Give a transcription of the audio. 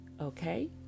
Okay